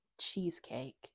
cheesecake